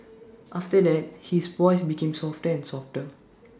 after that his voice became softer and softer